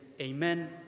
amen